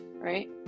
right